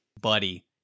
buddy